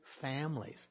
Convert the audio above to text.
families